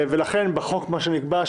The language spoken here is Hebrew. ולמה אתם נותנים לזה יד?